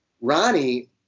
Ronnie